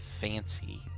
fancy